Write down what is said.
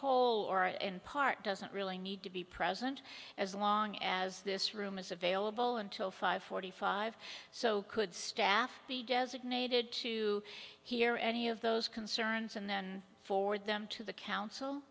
whole or in part doesn't really need to be present as long as this room is available until five forty five so could staff be designated to hear any of those concerns and then forward them to the council